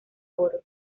oro